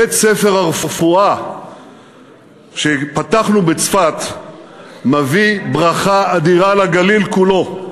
בית-ספר לרפואה שפתחנו בצפת מביא ברכה אדירה לגליל כולו.